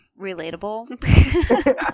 relatable